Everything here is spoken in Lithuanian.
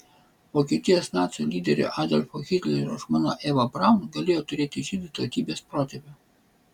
vokietijos nacių lyderio adolfo hitlerio žmona eva braun galėjo turėti žydų tautybės protėvių